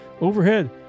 Overhead